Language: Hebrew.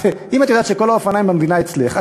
אם את יודעת שכל האופניים במדינה אצלך,